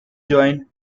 join